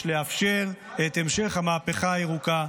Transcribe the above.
יש לאפשר את המשך המהפכה הירוקה,